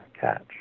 catch